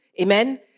Amen